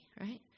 right